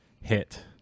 hit